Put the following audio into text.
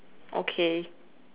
okay